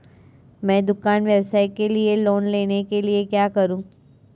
मैं दुकान व्यवसाय के लिए लोंन लेने के लिए क्या करूं?